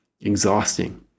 exhausting